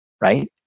right